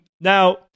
Now